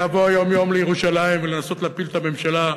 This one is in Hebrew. לבוא יום-יום לירושלים ולנסות להפיל את הממשלה,